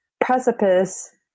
precipice